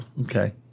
Okay